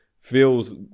feels